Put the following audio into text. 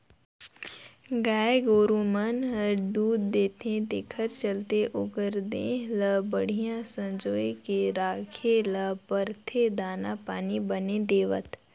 गाय गोरु मन हर दूद देथे तेखर चलते ओखर देह ल बड़िहा संजोए के राखे ल परथे दाना पानी बने देवत